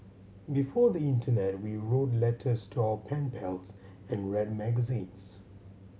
before the internet we wrote letters to our pen pals and read magazines